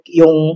yung